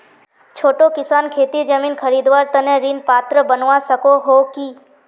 छोटो किसान खेतीर जमीन खरीदवार तने ऋण पात्र बनवा सको हो कि?